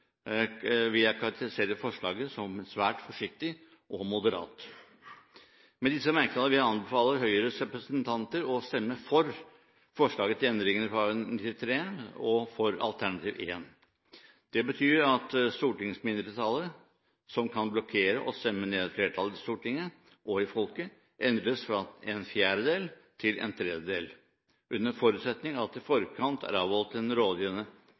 vil jeg karakterisere forslaget som svært forsiktig og moderat. Med disse merknader vil jeg anbefale Høyres representanter å stemme for forslaget til endringer i § 93 og for alternativ 1. Det betyr at stortingsmindretallet som kan blokkere og stemme ned et flertall i Stortinget og i folket, endres fra en fjerdedel til en tredjedel, under forutsetning av at det i forkant